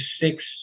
six